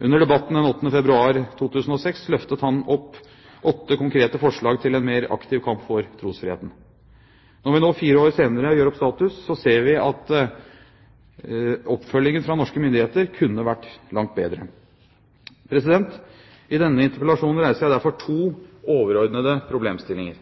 Under debatten den 8. februar 2006 løftet han fram åtte konkrete forslag til en mer aktiv kamp for trosfriheten. Når vi nå, fire år senere, gjør opp status, ser vi at oppfølgingen fra norske myndigheter kunne vært langt bedre. I denne interpellasjonen reiser jeg derfor to overordnede problemstillinger.